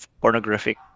pornographic